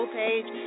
page